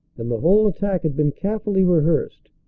and the whole attack had been carefully rehearsed,